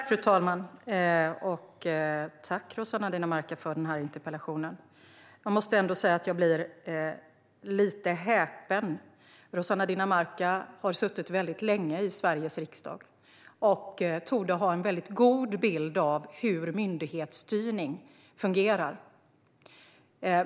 Fru talman! Tack, Rossana Dinamarca, för den här interpellationen! Jag måste ändå säga att jag blir lite häpen. Rossana Dinamarca har suttit väldigt länge i Sveriges riksdag och torde ha en god bild av hur myndighetsstyrning fungerar.